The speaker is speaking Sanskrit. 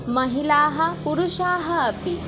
महिलाः पुरुषाः अपि